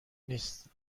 نیست